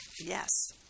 Yes